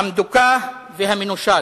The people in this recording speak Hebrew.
המדוכא והמנושל.